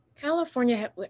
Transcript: California